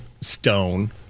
stone